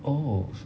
oh